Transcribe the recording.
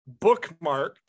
bookmarked